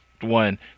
one